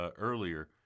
earlier